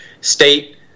state